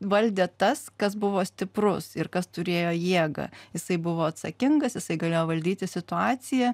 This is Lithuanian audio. valdė tas kas buvo stiprus ir kas turėjo jėgą jisai buvo atsakingas jisai galėjo valdyti situaciją